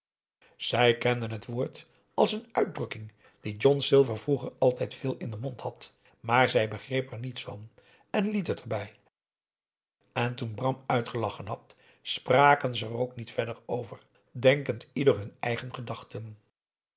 zij kende het woord als een uitdrukking die john silver vroeger altijd veel in den mond had maar zij begreep er niets van en liet het erbij en toen bram uitgelachen had spraken ze er ook niet verder over denkend ieder hun eigen gedachten